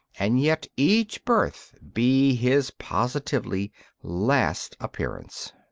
and yet each birth be his positively last appearance.